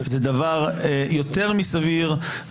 זה דבר יותר מאשר סביר.